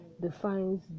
defines